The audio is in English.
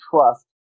trust